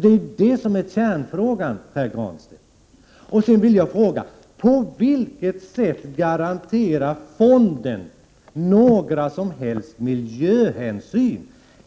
Det är det som är kärnfrågan, Pär Granstedt. På vilket sätt garanterar fonden några som helst miljöhänsyn?